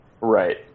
Right